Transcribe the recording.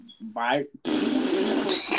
bye